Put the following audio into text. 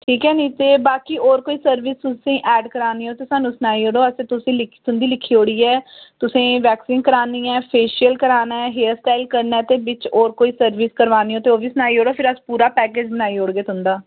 ठीक ऐ निं ते बाकी होर कोई सर्विस तुसें ऐड करानी होग ते साह्नूं सनाई ओड़ो अस तुसें ई लिखी तुं'दी लिखी ओड़ी ऐ तुसें बैक्सिंग करानी ऐ फेशियल कराना ऐ हेयरस्टाईल करना ऐ ते बिच होर कोई सर्विस करवानी होए ते ओह्बी सनाई ओड़ो फ्ही अस पूरा पैकेज बनाई ओड़गे तुं'दा